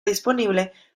disponible